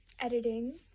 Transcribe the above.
editing